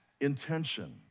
intention